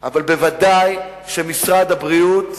אבל ודאי שמשרד הבריאות,